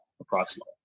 approximately